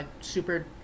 super